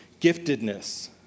giftedness